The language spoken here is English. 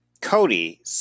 Cody